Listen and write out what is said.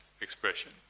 expression